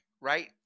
right